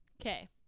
okay